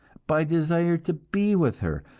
by desire to be with her,